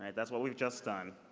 that's what we've just done.